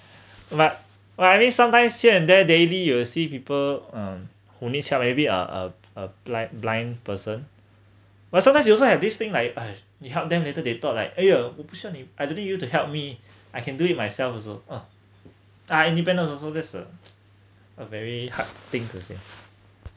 but but I mean sometimes here and there daily you'll see people um who needs help maybe ah ah ah blind blind person but sometimes you also have this thing like uh you help them later they thought like !eeyer! wo bu xu yao ni I don't need you to help me I can do it myself also uh uh independents also that's a very hard thing to say